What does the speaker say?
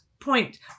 point